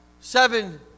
seven